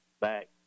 back